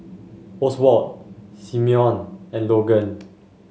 Oswald Simone and Logan